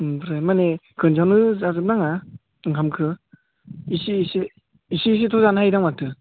ओमफ्राय माने खनसेयावनो जाजोब नाङा ओंखामखौ इसे इसे इसे इसेथ' जानो हायो ना माथो